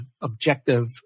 objective